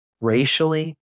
racially